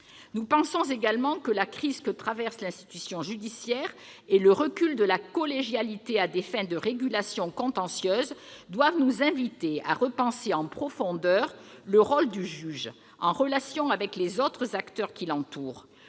Nous pensons également que la crise que traverse l'institution judiciaire et le recul de la collégialité à des fins de régulation contentieuse doivent nous inciter à repenser en profondeur le rôle du juge, en relation avec les autres acteurs qui l'entourent.